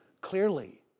clearly